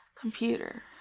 Computer